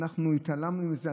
אנחנו התעלמנו מזה,